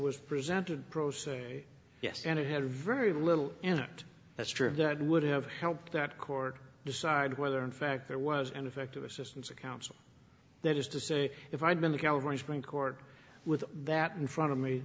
was presented prose yes and it had very little in it that's true that would have helped that court decide whether in fact there was an effective assistance of counsel that is to say if i had been the california supreme court with that in front of me